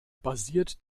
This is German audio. basiert